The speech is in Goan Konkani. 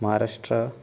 महाराष्ट्र